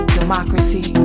democracy